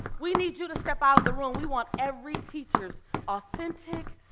we need you to step out of the room. we want every teacher's authentic,